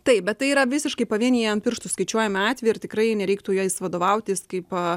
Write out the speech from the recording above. taip bet tai yra visiškai pavieniai ant pirštų skaičiuojami atvejai ir tikrai nereiktų jais vadovautis kaip